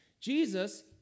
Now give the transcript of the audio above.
Jesus